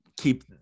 keep –